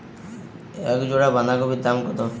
এক জোড়া বাঁধাকপির দাম কত?